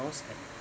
and